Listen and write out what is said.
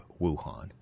Wuhan